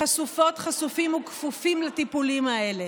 חשופות, חשופים וכפופים לטיפולים האלה.